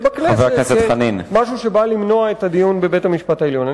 בכנסת כמשהו שבא למנוע את הדיון בבית-המשפט העליון.